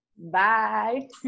Bye